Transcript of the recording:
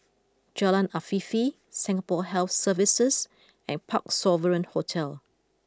Jalan Afifi Singapore Health Services and Parc Sovereign Hotel